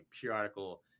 periodical